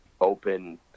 open